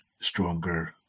stronger